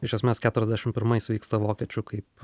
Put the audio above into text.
iš esmės keturiasdešimt pirmais vyksta vokiečių kaip